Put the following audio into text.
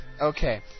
Okay